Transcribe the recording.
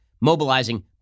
mobilizing